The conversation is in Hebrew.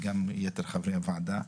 וגם יתר חברי הוועדה,